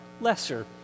lesser